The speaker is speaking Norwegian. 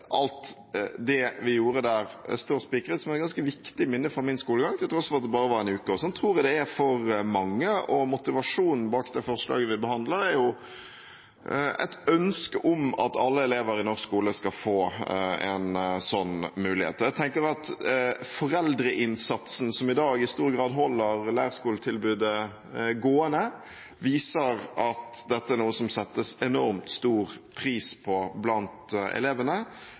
alt det vi gjorde der, står spikret som et ganske viktig minne fra min skolegang, til tross for at det bare var én uke. Sånn tror jeg det er for mange, og motivasjonen bak det forslaget vi behandler, er et ønske om at alle elever i norsk skole skal få en sånn mulighet. Jeg tenker at foreldreinnsatsen som i dag i stor grad holder leirskoletilbudet gående, viser at dette er noe som det settes enormt stor pris på blant elevene